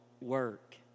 work